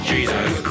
Jesus